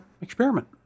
experiment